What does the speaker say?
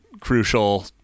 crucial